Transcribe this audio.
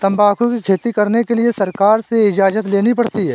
तंबाकू की खेती करने के लिए सरकार से इजाजत लेनी पड़ती है